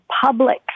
public